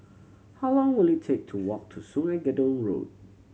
how long will it take to walk to Sungei Gedong Road